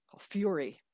Fury